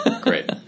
Great